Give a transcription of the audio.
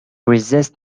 resist